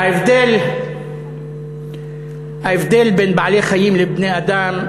ההבדל בין בעלי-חיים לבני-אדם,